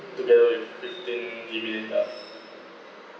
together with fifteen G_B data